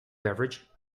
beverage